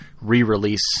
re-release